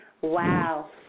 Wow